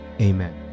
amen